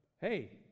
hey